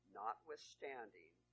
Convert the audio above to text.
notwithstanding